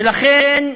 ולכן,